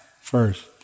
first